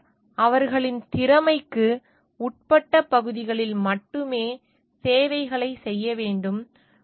பொறியாளர் அவர்களின் திறமைக்கு உட்பட்ட பகுதிகளில் மட்டுமே சேவைகளைச் செய்ய வேண்டும்